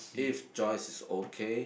if Joyce is okay